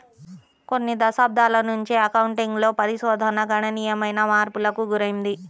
కొన్ని దశాబ్దాల నుంచి అకౌంటింగ్ లో పరిశోధన గణనీయమైన మార్పులకు గురైంది